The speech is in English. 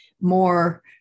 more